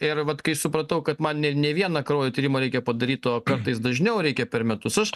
ir vat kai supratau kad man ne ne vieną kraujo tyrimą reikia padaryt o kartais dažniau reikia per metus aš